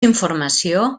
informació